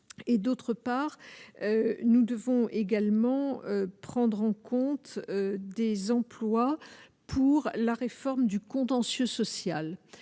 et d'autre part, nous devons également prendre en compte des emplois pour la réforme du. Contentieux social